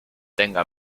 tenga